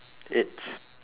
it's